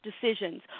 decisions